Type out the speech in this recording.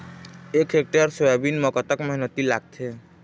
एक hectare soybean म कतक मेहनती लागथे?